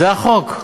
זה החוק.